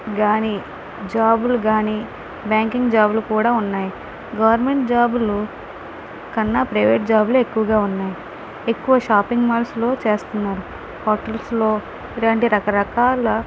కాని జాబులు కాని బ్యాంకింగ్ జాబులు కూడా ఉన్నాయి గవర్నమెంట్ జాబులు కన్నా ప్రైవేట్ జాబులే ఎక్కువగా ఉన్నాయి ఎక్కువ షాపింగ్ మాల్స్లో చేస్తున్నారు హోటల్స్లో ఇలాంటి రకరకాల